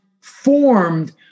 formed